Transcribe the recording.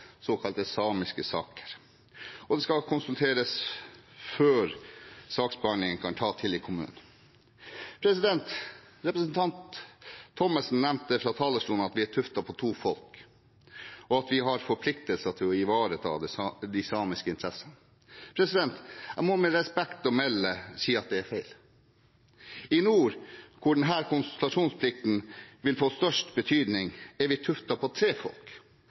såkalte samiske saker. Det skal konsulteres før saksbehandling kan ta til i kommunen. Representanten Thommessen nevnte fra talerstolen at vi er tuftet på to folk, og at vi har forpliktelser til å ivareta de samiske interessene. Jeg må, med respekt å melde, si at det er feil. I nord, hvor denne konsultasjonsplikten vil få størst betydning, er vi tuftet på tre folk: